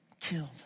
killed